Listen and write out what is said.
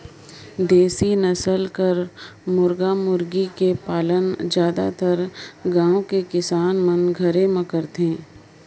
देसी नसल कर मुरगा मुरगी कर पालन जादातर गाँव कर किसान मन घरे में करथे